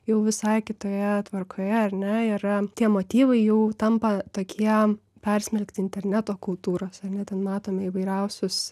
jau visai kitoje tvarkoje ar ne yra tie motyvai jau tampa tokie jam persmelkti interneto kultūros ar ne ten matome įvairiausius